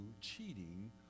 cheating